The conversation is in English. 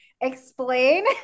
explain